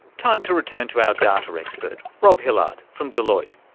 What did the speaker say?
time to return to our data expert rob hillard from delloite.